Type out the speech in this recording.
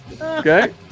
Okay